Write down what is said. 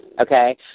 okay